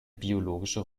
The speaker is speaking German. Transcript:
biologische